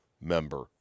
member